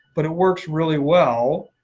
but it works really well.